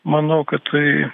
manau kad tai